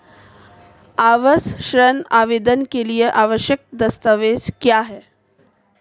आवास ऋण आवेदन के लिए आवश्यक दस्तावेज़ क्या हैं?